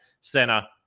center